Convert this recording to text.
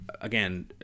again